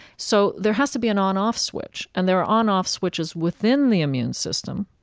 so there has to be an on off switch. and there are on off switches within the immune system,